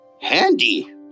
Handy